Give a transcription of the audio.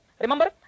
remember